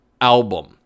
album